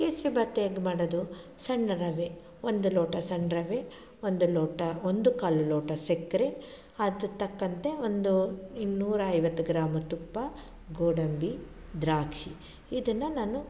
ಕೇಸರಿ ಬಾತು ಹೆಂಗೆ ಮಾಡೋದು ಸಣ್ಣ ರವೆ ಒಂದು ಲೋಟ ಸಣ್ಣ ರವೆ ಒಂದು ಲೋಟ ಒಂದು ಕಾಲು ಲೋಟ ಸಕ್ಕರೆ ಅದು ತಕ್ಕಂತೆ ಒಂದು ಇನ್ನೂರೈವತ್ತು ಗ್ರಾಮ್ ತುಪ್ಪ ಗೋಡಂಬಿ ದ್ರಾಕ್ಷಿ ಇದನ್ನು ನಾನು